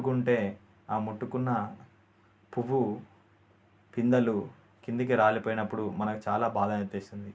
ముట్టుకుంటే ఆ ముట్టుకున్న పువ్వు పిందెలు కిందికి రాలిపోయినప్పుడు మనకు చాలా బాధ అనిపిస్తుంది